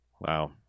wow